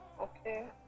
Okay